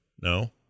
No